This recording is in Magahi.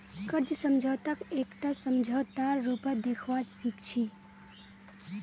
कर्ज समझौताक एकटा समझौतार रूपत देखवा सिख छी